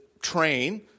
train